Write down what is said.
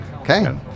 Okay